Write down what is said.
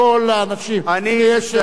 הוא השר הכי טוב שאני מכיר בסיעה,